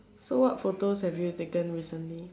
so what photos have you taken recently